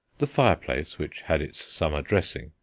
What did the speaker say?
the fireplace, which had its summer dressing,